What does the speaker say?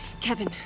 Kevin